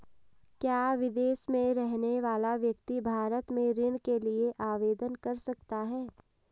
क्या विदेश में रहने वाला व्यक्ति भारत में ऋण के लिए आवेदन कर सकता है?